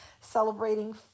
celebrating